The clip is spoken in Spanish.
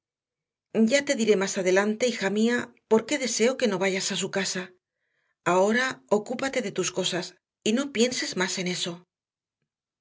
ya te diré más adelante hija mía por qué deseo que no vayas a su casa ahora ocúpate de tus cosas y no pienses más en eso